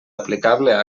aplicable